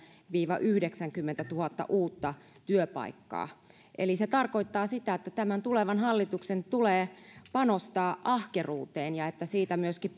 viiva yhdeksääkymmentätuhatta uutta työpaikkaa eli se tarkoittaa sitä että tulevan hallituksen tulee panostaa ahkeruuteen ja että siitä myöskin